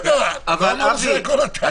עיכב את זה.